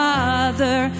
Father